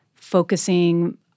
Focusing